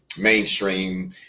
mainstream